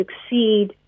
succeed